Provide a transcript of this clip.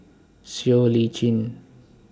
Siow Lee Chin